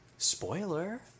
Spoiler